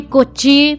Kochi